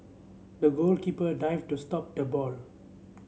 the goalkeeper dived to stop the ball